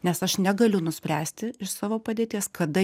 nes aš negaliu nuspręsti iš savo padėties kada